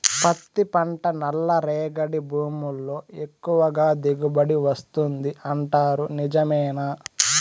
పత్తి పంట నల్లరేగడి భూముల్లో ఎక్కువగా దిగుబడి వస్తుంది అంటారు నిజమేనా